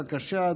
בבקשה,